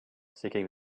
seeking